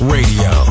Radio